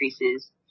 increases